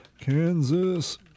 Kansas